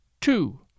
Two